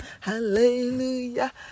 Hallelujah